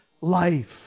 life